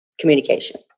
communication